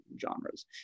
genres